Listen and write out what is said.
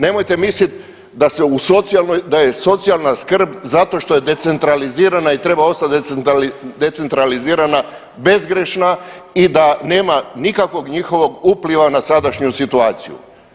Nemojte misliti da se u socijalnoj, da je socijalna skrb zato što je decentralizirana i treba ostati decentralizirana bezgrešna i da nema nikakvog njihovog upliva na sadašnju situaciju.